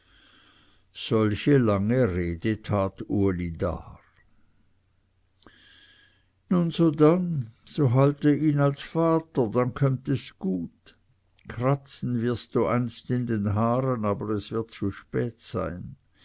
solche lange rede tat uli dar nun so dann so halte ihn als vater dann kömmt es gut kratzen wirst du einst in den haaren aber es wird zu spät sein